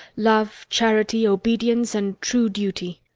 love, charity, obedience, and true duty!